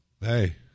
Hey